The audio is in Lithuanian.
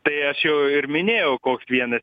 tai aš jau ir minėjau koks vienas